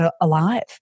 alive